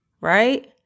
right